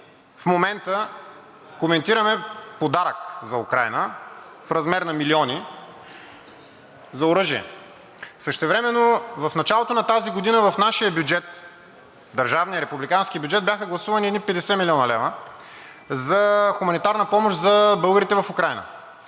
В момента коментираме подарък за Украйна в размер на милиони за оръжие. Същевременно в началото на тази година в нашия бюджет, държавния републикански бюджет, бяха гласувани едни 50 млн. лв. за хуманитарна помощ за българите в Украйна.